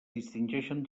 distingeixen